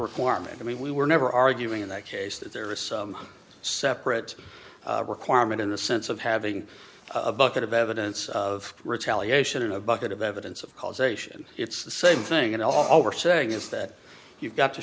requirement i mean we were never arguing in that case that there is a separate requirement in the sense of having a bucket of evidence of retaliation in a bucket of evidence of causation it's the same thing and all we're saying is that you've got to